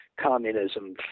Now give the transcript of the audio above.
communism